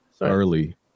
early